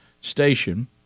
station